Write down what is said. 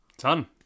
Done